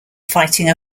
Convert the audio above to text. fighting